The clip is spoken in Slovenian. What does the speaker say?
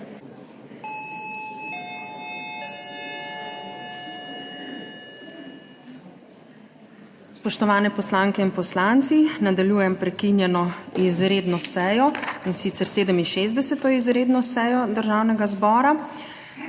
Spoštovani poslanke in poslanci, nadaljujem prekinjeno izredno sejo in sicer 67. izredno sejo Državnega zbora.